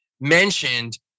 mentioned